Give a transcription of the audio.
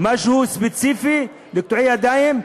משהו ספציפי לקטועי ידיים,